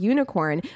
Unicorn